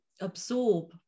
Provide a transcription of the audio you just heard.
absorb